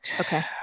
Okay